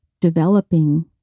developing